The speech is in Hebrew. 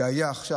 שהיה עכשיו,